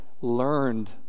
learned